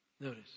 Notice